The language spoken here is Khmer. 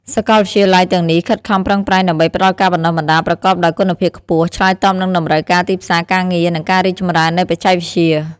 សាកលវិទ្យាល័យទាំងនេះខិតខំប្រឹងប្រែងដើម្បីផ្តល់ការបណ្តុះបណ្តាលប្រកបដោយគុណភាពខ្ពស់ ឆ្លើយតបនឹងតម្រូវការទីផ្សារការងារ និងការរីកចម្រើននៃបច្ចេកវិទ្យា។